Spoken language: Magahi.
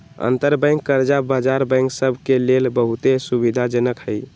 अंतरबैंक कर्जा बजार बैंक सभ के लेल बहुते सुविधाजनक हइ